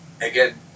again